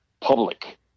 public